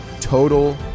Total